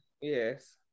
Yes